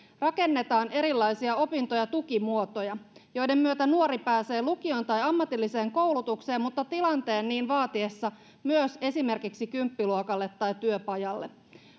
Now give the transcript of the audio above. rakennetaan erilaisia opinto ja tukimuotoja joiden myötä nuori pääsee lukioon tai ammatilliseen koulutukseen mutta tilanteen niin vaatiessa myös esimerkiksi kymppiluokalle tai työpajalle